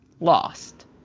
lost